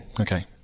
Okay